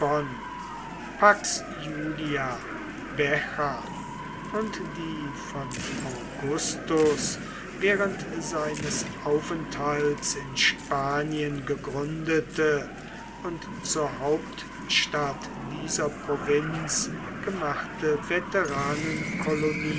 und die von augustur während seines aufenthalts in spanien gegründete und zur hauptstadt dieser provinz gemachte